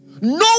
No